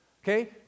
Okay